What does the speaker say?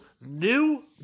new